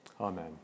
Amen